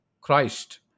Christ